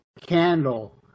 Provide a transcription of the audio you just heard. candle